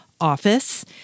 office